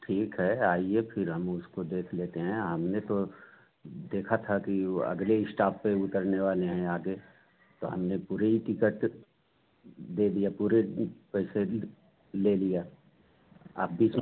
ठीक है आइए फिर हम उसको देख लेते हैं हमने तो देखा था कि ओ अगले इस्टाप पे उतरने वाले हैं आगे तो हमने पूरे ही टिकट दे दिया पूरे पैसे भी ले लिया आप बीच